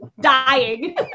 dying